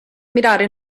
ammirare